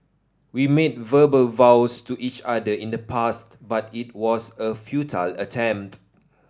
we made verbal vows to each other in the past but it was a futile attempt